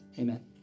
Amen